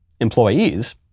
employees